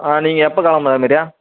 நீங்கள் எப்போ கிளம்புற மாரி